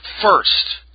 first